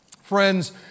Friends